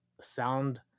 sound